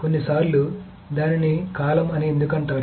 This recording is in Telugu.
కొన్నిసార్లు దీనిని కాలమ్ అని ఎందుకు అంటారు